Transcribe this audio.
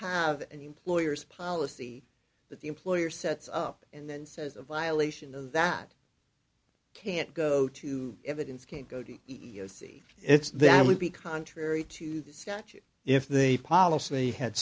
have an employer's policy that the employer sets up and then says a violation of that can't go to evidence can't go to e s c it's that would be contrary to the statute if the policy had